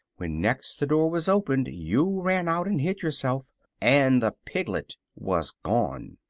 when next the door was opened you ran out and hid yourself and the piglet was gone.